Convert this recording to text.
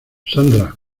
sandra